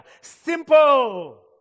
simple